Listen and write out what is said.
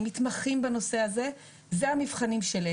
שאנחנו ממסים הכנסה עסקית,